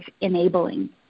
enabling